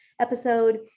episode